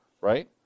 right